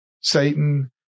Satan